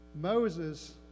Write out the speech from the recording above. Moses